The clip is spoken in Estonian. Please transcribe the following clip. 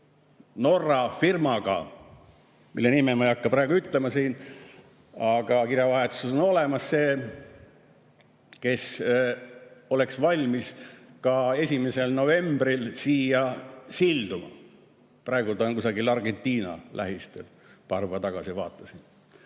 Norra firmaga, mille nime ma ei hakka praegu siin ütlema, aga kirjavahetuses on see olemas, kes oleks valmis ka 1. novembril siia silduma. Praegu ta on kusagil Argentina lähistel, paar päeva tagasi vaatasin.